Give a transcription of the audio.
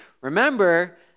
remember